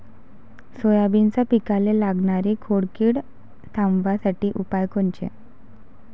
सोयाबीनच्या पिकाले लागनारी खोड किड थांबवासाठी उपाय कोनचे?